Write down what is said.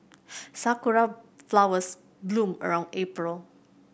sakura flowers bloom around April